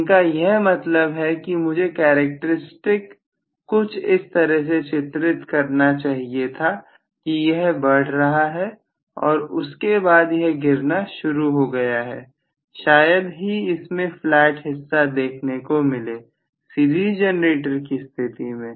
इनका यह मतलब है कि मुझे करैक्टरस्टिक कुछ इस तरह से चित्रित करना चाहिए था कि यह बढ़ रहा है और उसके बाद यह गिरना शुरू हो गया है शायद ही इसमें फ्लैट हिस्सा देखने को मिले सीरीज जनरेटर की स्थिति में